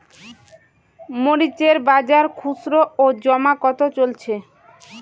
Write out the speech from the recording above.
মরিচ এর বাজার খুচরো ও জমা কত চলছে?